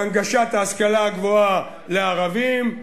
להנגשת ההשכלה הגבוהה לערבים.